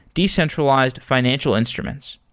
decentralized financial instruments.